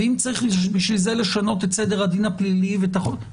ואם צריך בשביל זה לשנות את סדר הדין הפלילי ואת החוק,